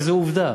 וזו עובדה.